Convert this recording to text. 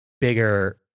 bigger